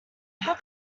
how